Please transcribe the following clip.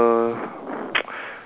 yo kelly you ready